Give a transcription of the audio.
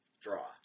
draw